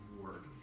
work